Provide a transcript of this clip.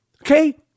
okay